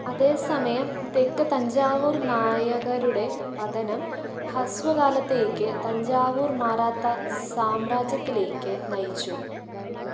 അതേ സമയം തെക്ക് തഞ്ചാവൂർ നായകരുടെ പതനം ഹ്രസ്വ കാലത്തേക്ക് തഞ്ചാവൂർ മറാത്ത സാമ്രാജ്യത്തിലേക്കു നയിച്ചു